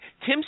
Tim